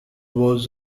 was